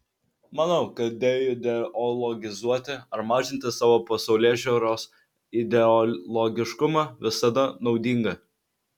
manau kad deideologizuoti ar mažinti savo pasaulėžiūros ideologiškumą visada naudinga